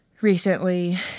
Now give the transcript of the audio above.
recently